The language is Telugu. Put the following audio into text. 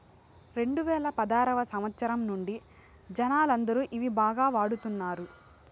రెండువేల పదారవ సంవచ్చరం నుండి జనాలందరూ ఇవి బాగా వాడుతున్నారు